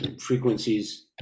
frequencies